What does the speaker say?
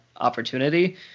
opportunity